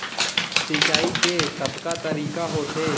सिंचाई के कतका तरीक़ा होथे?